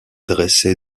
dressé